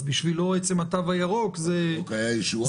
אז בשבילו עצם התו הירוק זה -- התו הירוק היה ישועה.